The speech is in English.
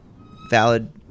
Valid